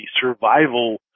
survival